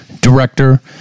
director